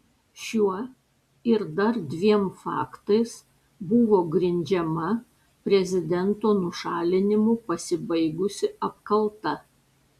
šiuo ir dar dviem faktais buvo grindžiama prezidento nušalinimu pasibaigusi apkalta